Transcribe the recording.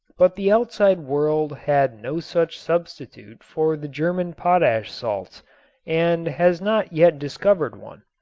but the outside world had no such substitute for the german potash salts and has not yet discovered one.